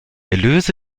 erlöse